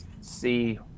see